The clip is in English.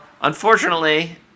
unfortunately